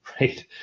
right